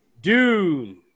Dune